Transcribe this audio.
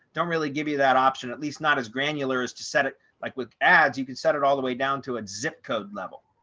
don't really give you that option, at least not as granular as to set it like with ads, you can set it all the way down to a zip code level.